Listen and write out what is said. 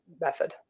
method